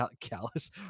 Callous